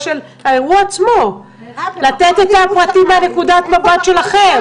האירוע עצמו, לתת את הפרטים מנקודת המבט שלכם.